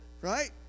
Right